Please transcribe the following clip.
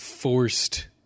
Forced